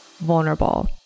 vulnerable